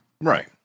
Right